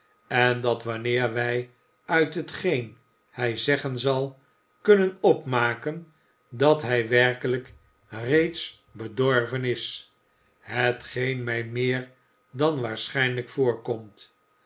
en dat wanneer wij uit hetgeen hij zeggen zal kunnen opmaken dat hij werkelijk reeds bedorven is hetgeen mij